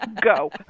Go